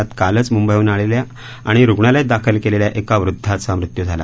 यात कालच मुंबईहन आलेल्या आणि रुग्णालयात दाखल केलेल्या एका वृद्धाचा मृत्यू झाला